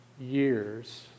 years